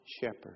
shepherd